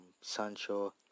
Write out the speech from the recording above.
Sancho